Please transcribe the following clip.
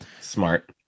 smart